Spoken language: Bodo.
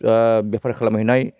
बेफार खालामहैनाय